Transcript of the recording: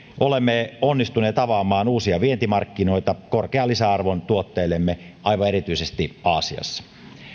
olemme onnistuneet avaamaan uusia vientimarkkinoita korkean lisäarvon tuotteillemme aivan erityisesti aasiassa